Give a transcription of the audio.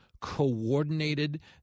coordinated